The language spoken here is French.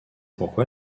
pourquoi